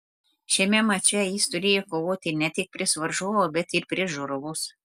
šiame mače jis turėjo kovoti ne tik prieš varžovą bet ir prieš žiūrovus